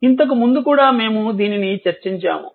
ఇంతకుముందు కూడా మేము దీనిని చర్చించాము